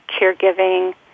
caregiving